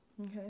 Okay